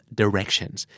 directions